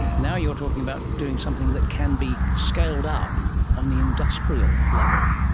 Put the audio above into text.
now you're talking about doing something that can be scaled up on the industrial level.